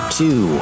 two